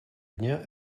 дня